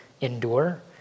endure